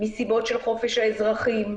מסיבות של חופש האזרחים,